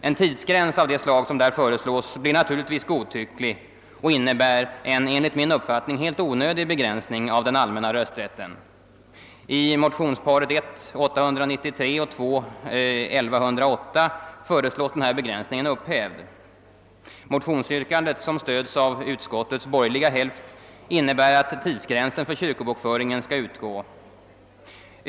En tidsgräns av detta slag blir naturligtvis godtycklig och innebär en enligt min uppfattning helt onödig begränsning av den allmänna rösträtten. des av utskottets borgerliga hälft, innebär att tidsgränsen i fråga om kyrkobokföringen skall utgå.